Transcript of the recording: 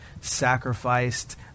sacrificed